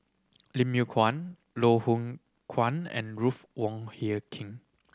Lim Yew Kuan Loh Hoong Kwan and Ruth Wong Hie King